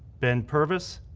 ben purvis,